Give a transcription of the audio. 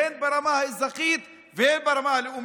הן ברמה האזרחית והן ברמה הלאומית,